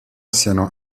siano